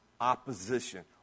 opposition